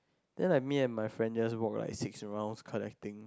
then like me and my friend just walk like six rounds collecting